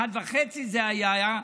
אחד וחצי זה היה,